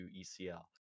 ECL